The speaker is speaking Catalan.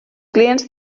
clients